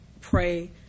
pray